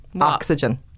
Oxygen